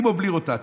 עם או בלי רוטציה,